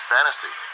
Fantasy